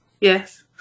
Yes